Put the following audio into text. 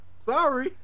Sorry